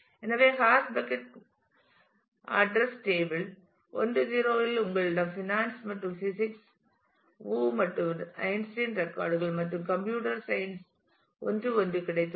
எனவே hash bucket முகவரி அட்டவணை 1 0 இல் உங்களிடம் ஃபைனான்ஸ் மற்றும் பிசிக்ஸ் வு மற்றும் ஐன்ஸ்டீன் ரெக்கார்ட் கள் மற்றும்கம்ப்யூட்டர் சயின்ஸ் 1 1 கிடைத்துள்ளது